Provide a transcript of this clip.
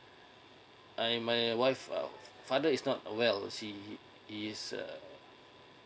I my my wife uh father is not a well see he is err